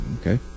okay